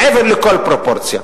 מעבר לכל פרופורציה.